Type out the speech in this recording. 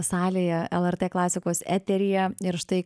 salėje lrt klasikos eteryje ir štai